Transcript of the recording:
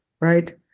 Right